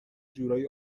جورایی